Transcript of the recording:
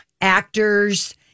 actors